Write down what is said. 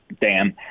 Dan